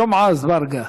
ג'מעה אזברגה.